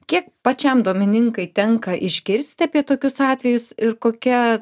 kiek pačiam domininkai tenka išgirsti apie tokius atvejus ir kokia